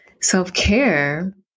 self-care